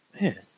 Man